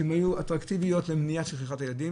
שהיו אטרקטיביות למניעת שכחת ילדים,